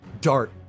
dart